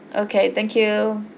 okay thank you